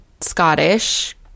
Scottish